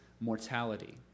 mortality